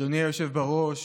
אדוני היושב בראש,